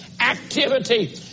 activity